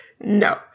No